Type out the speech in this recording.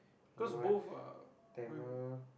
you know what Tamil